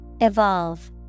Evolve